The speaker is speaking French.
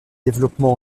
développement